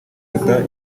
biruta